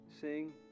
sing